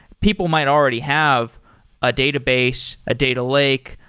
people might already have a database, a data lake,